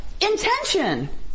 intention